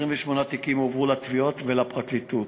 28 תיקים הועברו לתביעות או לפרקליטות.